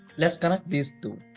let's connect these two,